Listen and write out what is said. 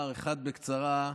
האחד בקצרה: